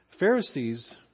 Pharisees